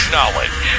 Knowledge